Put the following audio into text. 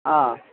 ஆ